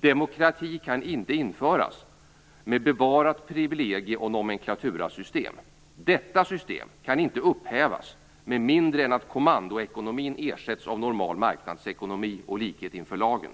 Demokrati kan inte införas med bevarat privilegieoch nomenklaturasystem. Detta system kan inte upphävas med mindre än att kommandoekonomin ersätts av normal marknadsekonomi och likhet inför lagen.